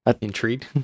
Intrigued